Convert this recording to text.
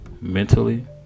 mentally